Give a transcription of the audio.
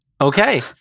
Okay